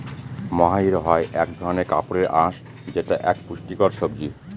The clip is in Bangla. মহাইর হয় এক ধরনের কাপড়ের আঁশ যেটা এক পুষ্টিকর সবজি